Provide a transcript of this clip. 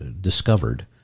discovered